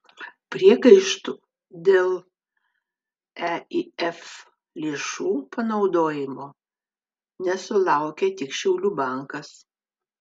priekaištų dėl eif lėšų panaudojimo nesulaukė tik šiaulių bankas